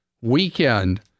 weekend